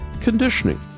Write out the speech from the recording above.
conditioning